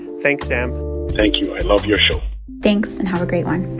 thanks, sam thank you. i love your show thanks, and have a great one